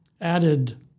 added